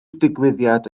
digwyddiad